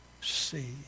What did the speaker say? see